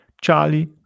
charlie